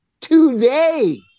today